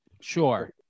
Sure